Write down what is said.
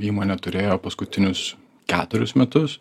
įmonė turėjo paskutinius keturis metus